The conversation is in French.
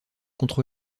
contre